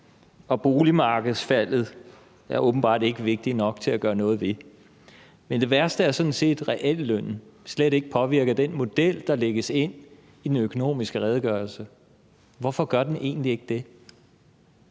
og boligmarkedsfaldet er åbenbart ikke vigtigt nok til at gøre noget ved. Men det værste er sådan set, at reallønnen slet ikke påvirker den model, der lægges ind i den økonomiske redegørelse. Hvorfor gør den egentlig ikke det?